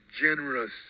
generous